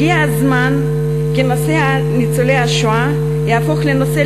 הגיע הזמן שנושא ניצולי השואה יהפוך לנושא